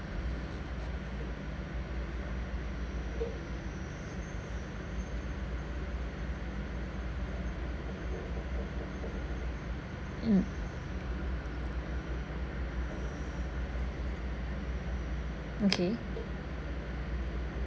mm okay